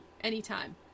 anytime